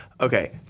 Okay